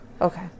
Okay